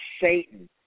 Satan